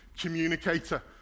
communicator